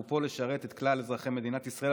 אנחנו פה לשרת את כלל אזרחי מדינת ישראל.